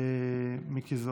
מיקי זוהר.